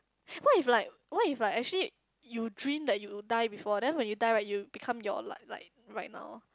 what if like what if like actually you dream that you die before then when you die right you become your like like right now